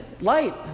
light